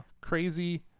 crazy